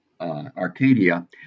Arcadia